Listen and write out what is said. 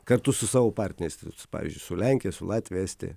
kartu su savo partneriais pavyzdžiui su lenkija su latvija estija